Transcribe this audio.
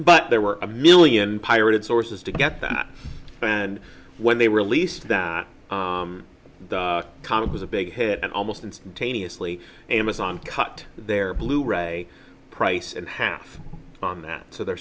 but there were a million pirated sources to get that and when they released that the comic with a big hit and almost instantaneously amazon cut their blu ray price and half on that so they're